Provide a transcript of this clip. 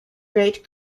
great